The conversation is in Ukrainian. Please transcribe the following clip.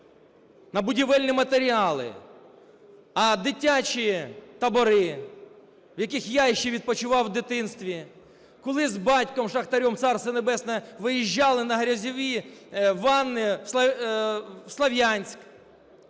на будівельні матеріали. А дитячі табори, в яких ще я відпочивав в дитинстві, коли з батьком шахтарем, Царство Небесне, виїжджали на грязьові ванни в Слов'янськ,